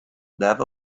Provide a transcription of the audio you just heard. never